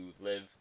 live